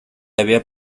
había